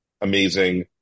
amazing